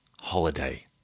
holiday